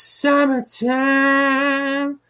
summertime